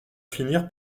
finir